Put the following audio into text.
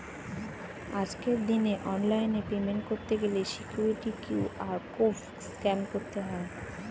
আজকের দিনে অনলাইনে পেমেন্ট করতে গেলে সিকিউরিটি কিউ.আর কোড স্ক্যান করতে হয়